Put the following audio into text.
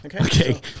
Okay